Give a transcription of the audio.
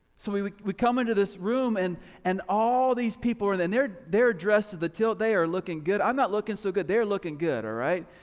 so we we come into this room and and all these people are there and and they're they're dressed to the tail, they are looking good, i'm not looking so good, they're looking good alright?